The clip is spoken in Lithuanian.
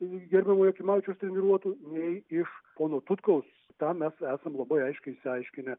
gerbiamo jakimavičiaus treniruotų nei iš pono tutkaus tą mes esam labai aiškiai išsiaiškinę